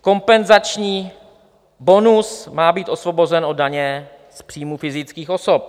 Kompenzační bonus má být osvobozen od daně z příjmu fyzických osob.